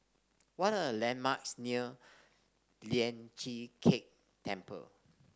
what are the landmarks near Lian Chee Kek Temple